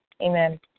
Amen